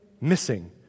missing